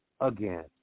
again